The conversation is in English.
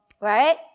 Right